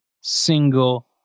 single